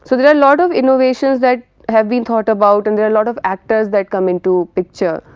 so there are lot of innovations that have been thought about and there are lot of actors that come into picture,